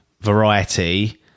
variety